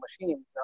machines